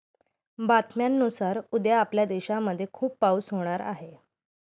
बातम्यांनुसार उद्या आपल्या देशामध्ये खूप पाऊस होणार आहे